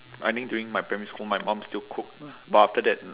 I mean during my primary school my mum still cook but after that